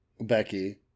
Becky